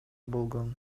болгон